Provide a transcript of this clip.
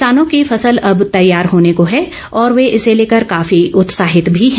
किसानों की फसल अब तैयार होने को है और वे इसे लेकर काफी उत्साहित भी हैं